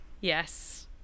Yes